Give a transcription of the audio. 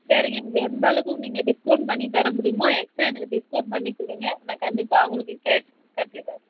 சரிங்க நீங்கள் எந்த அளவுக்கு நீங்கள் டிஸ்கவுண்ட் பண்ணித்தர முடியுமோ எக்ஸ்ட்ரா எனக்கு டிஸ்கவுண்ட் பண்ணி கொடுங்க நான் கண்டிப்பாக உங்களுக்கு கேஷ் கட்டிட்டுறேன்